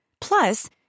Plus